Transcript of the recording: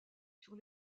sur